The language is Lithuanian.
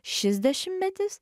šis dešimtmetis